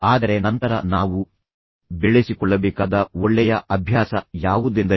ಆದರೆ ನಂತರ ನಾವು ಬೆಳೆಸಿಕೊಳ್ಳಬೇಕಾದ ಒಳ್ಳೆಯ ಅಭ್ಯಾಸವೆಂದರೆ ಆ ಅಭ್ಯಾಸಗಳನ್ನು ಸೃಷ್ಟಿಸುವುದು